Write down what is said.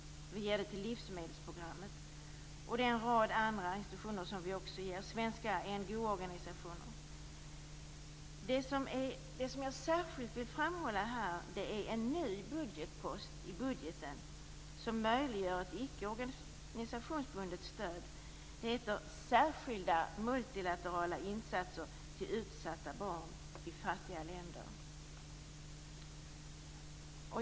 Vi ger till livsmedelsprogrammet. Vi ger också till en rad andra institutioner och svenska NGO:er. Jag vill särskilt framhålla en ny post i budgeten som möjliggör ett icke organisationsbundet stöd. Det heter Särskilda multilaterala insatser till utsatta barn i fattiga länder.